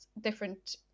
different